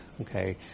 okay